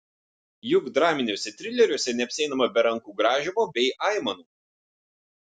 juk draminiuose trileriuose neapsieinama be rankų grąžymo bei aimanų